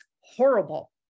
horrible